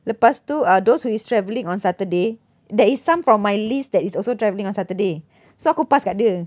lepas tu uh those who is travelling on saturday there is some from my list that is also travelling on saturday so aku pass kat dia